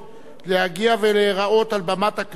להגיע ולהיראות על במת הכנסת